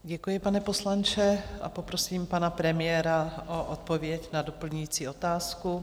Děkuji, pane poslanče, a poprosím pana premiéra o odpověď na doplňující otázku.